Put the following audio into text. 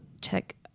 check